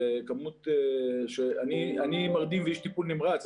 זו כמות - אני מרדים ואיש טיפול נמרץ,